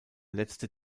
letzte